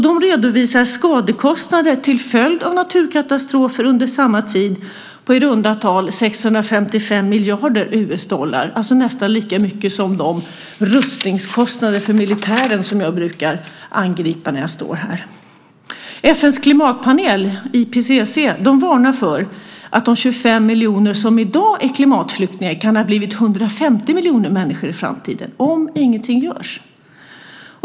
De redovisar skadekostnader till följd av naturkatastrofer under samma tid på i runda tal 655 miljarder US dollar, alltså nästan lika mycket som de rustningskostnader för militären som jag brukar angripa när jag står här. FN:s klimatpanel, IPCC, varnar för att de 25 miljoner som i dag är klimatflyktingar kan ha blivit 150 miljoner människor i framtiden - om ingenting görs.